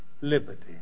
liberty